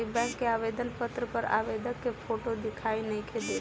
इ बैक के आवेदन पत्र पर आवेदक के फोटो दिखाई नइखे देत